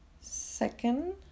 second